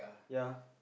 ya